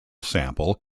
sample